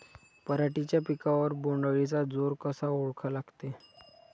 पराटीच्या पिकावर बोण्ड अळीचा जोर कसा ओळखा लागते?